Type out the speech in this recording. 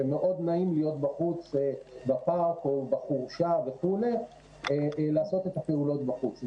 זה מאוד נעים להיות בחוץ בפארק או בחורשה ולעשות את הפעולות בחוץ.